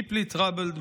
deeply troubled,